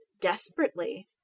desperately